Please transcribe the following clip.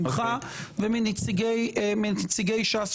ממך ומנציגי ש"ס,